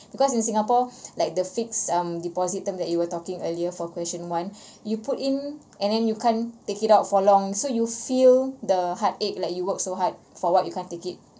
because in singapore like the fixed um deposit term that you were talking earlier for question one you put in and then you can take it out for long so you feel the heartache like you work so hard for what you can't take it